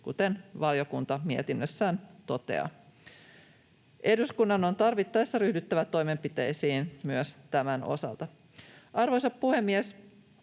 kuten valiokunta mietinnössään toteaa. Eduskunnan on tarvittaessa ryhdyttävä toimenpiteisiin myös tämän osalta. Arvoisa puhemies!